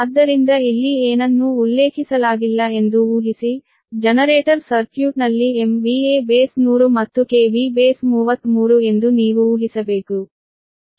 ಆದ್ದರಿಂದ ಇಲ್ಲಿ ಏನನ್ನೂ ಉಲ್ಲೇಖಿಸಲಾಗಿಲ್ಲ ಎಂದು ಊಹಿಸಿ ಜನರೇಟರ್ ಸರ್ಕ್ಯೂಟ್ನಲ್ಲಿ MVA ಬೇಸ್ 100 ಮತ್ತು KV ಬೇಸ್ 33 ಎಂದು ನೀವು ಊಹಿಸಬೇಕು